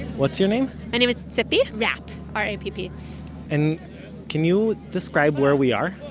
what's your name? my name is tzippi rapp. r a p p and can you describe where we are?